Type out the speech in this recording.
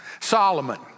Solomon